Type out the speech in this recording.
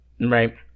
Right